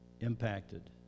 impacted